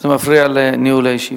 זה מפריע לניהול הישיבה.